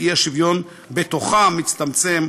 והאי-שוויון בתוכם מצטמצם,